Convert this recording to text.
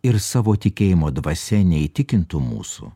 ir savo tikėjimo dvasia neįtikintų mūsų